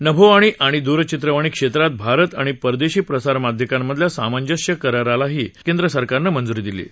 नभोवाणी आणि द्रचित्रवाणी क्षेत्रात भारत आणि परदेशी प्रसारकांमधल्या सामंजस्य करारालाही सरकारनं मंज्री दिली आहे